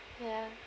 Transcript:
ya